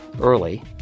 early